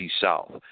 South